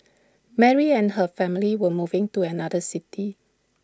Mary and her family were moving to another city